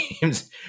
games